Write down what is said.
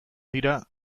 dira